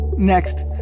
Next